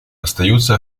остается